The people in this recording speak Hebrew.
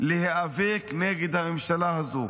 להיאבק נגד הממשלה הזאת